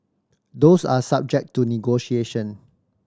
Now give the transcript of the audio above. those are subject to negotiation